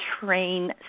train